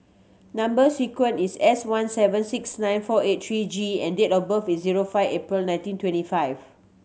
number sequence is S one seven six nine four eight three G and date of birth is zero five April nineteen twenty five